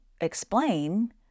explain